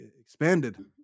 expanded